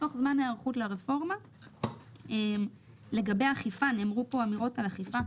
אפשר לקבל החלטה עקרונית שהולכים לרפורמה והרפורמה היא חשובה,